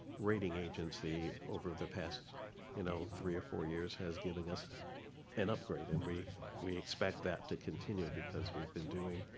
rating agency over the past you know three or four years has given us an upgrade. and we we expect that to continue. because we've been doing